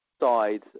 side